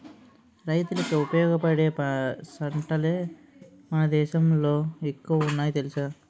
రైతులకి ఉపయోగపడే సట్టాలే మన దేశంలో ఎక్కువ ఉన్నాయి తెలుసా